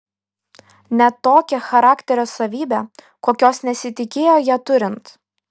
net tokią charakterio savybę kokios nesitikėjo ją turint